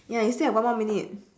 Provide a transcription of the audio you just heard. ya you still have one more minute